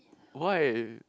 why